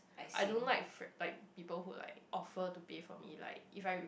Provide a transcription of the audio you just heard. I don't like fr~ but people who like offer to pay for me like if I